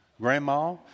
Grandma